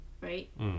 right